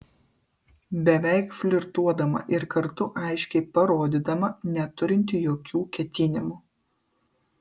beveik flirtuodama ir kartu aiškiai parodydama neturinti jokių ketinimų